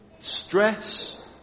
stress